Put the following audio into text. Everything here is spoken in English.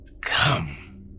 Come